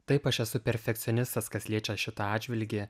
taip aš esu perfekcionistas kas liečia šitą atžvilgį